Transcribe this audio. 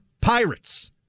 pirates